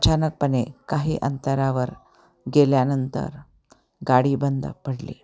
अचानकपणे काही अंतरावर गेल्यानंतर गाडी बंद पडली